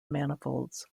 manifolds